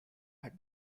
had